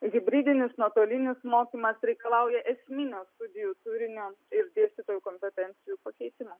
hibridinis nuotolinis mokymas reikalauja esminio studijų turinio ir dėstytojų kompetencijų pakeitimo